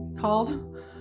called